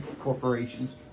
corporations